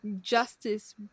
justice